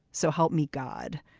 so help me god.